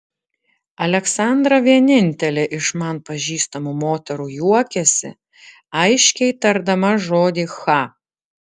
aleksandra vienintelė iš man pažįstamų moterų juokiasi aiškiai tardama žodį cha